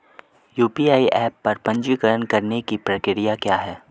UPI app पर पंजीकरण करने की प्रक्रिया क्या है?